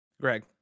Greg